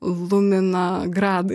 lumina gradai